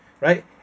right